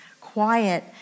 quiet